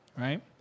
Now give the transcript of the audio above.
right